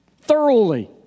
thoroughly